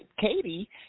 Katie